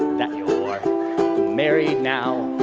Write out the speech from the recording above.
that you're married now.